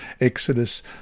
Exodus